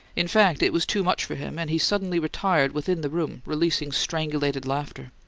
in fact, it was too much for him, and he suddenly retired within the room, releasing strangulated laughter.